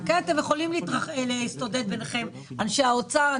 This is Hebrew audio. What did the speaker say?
אתם יכולים להסתודד ביניכם אנשי האוצר,